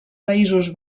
països